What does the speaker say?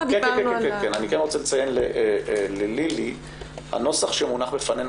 אני כן רוצה לציין ללילי שבנוסח שמונח בפנינו